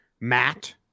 Matt